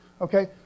Okay